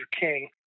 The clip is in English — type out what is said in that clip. King